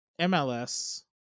MLS